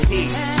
Peace